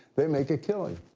they make a killing.